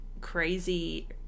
crazy